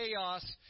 chaos